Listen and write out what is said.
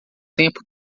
tempo